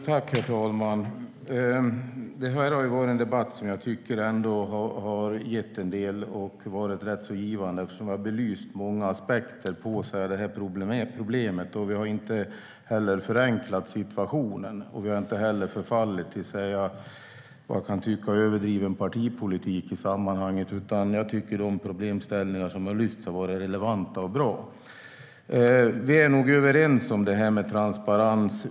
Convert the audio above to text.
Herr talman! Denna debatt tycker jag har varit rätt givande, och den har belyst många aspekter på problemet. Vi har inte förenklat situationen och har inte heller förfallit till överdriven partipolitik, utan jag tycker att de problemställningar som har lyfts har varit relevanta och bra. Vi är nog överens om detta med transparens.